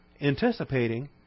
anticipating